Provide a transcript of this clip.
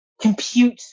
compute